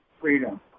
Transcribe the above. freedom